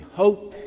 hope